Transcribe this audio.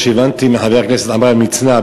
מה שהבנתי מחבר הכנסת עמרם מצנע,